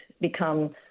become